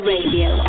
Radio